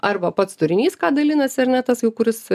arba pats turinys ką dalinasi ar ne tas kuris